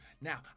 Now